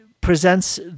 presents